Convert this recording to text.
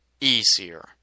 easier